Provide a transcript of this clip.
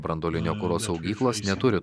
branduolinio kuro saugyklos neturi